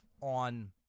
on